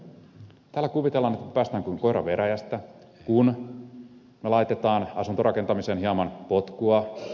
täällä kuvitellaan että päästään kuin koira veräjästä kun me laitamme asuntorakentamiseen hieman potkua